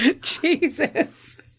jesus